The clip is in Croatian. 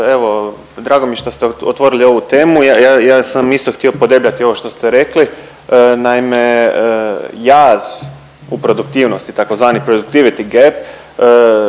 evo drago mi što ste otvorili ovu temu, ja sam isto htio podebljati ovo što ste rekli, naime jaz u produktivnosti tzv. productivity gap